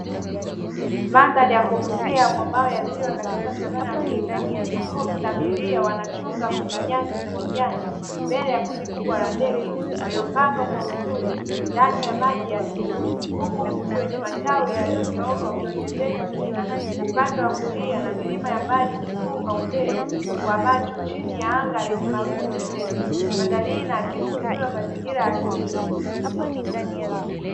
Mandhari ya kuvutia mwambao ya ziwa katika savannah afrika, ambapo punda milia wanachunga kwenye nyasi za kijani, mbele ya kundi kubwa la ndege, waliopanga kwa uzuri ndani ya maji ya ziwa. Huku mti wenye matawi yaliyonyooka ukiongezeka kina upande wa kulia na milima ya mbali, ikifunga upeo wa macho chini ya anga lenye mawingu mepesi. Mandhari hii na kisu uzuri wa mazingira ya asili.